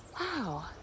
wow